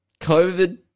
COVID